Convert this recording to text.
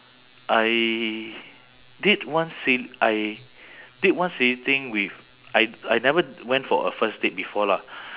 I did one si~ I did one silly thing with I I never went for a first date before lah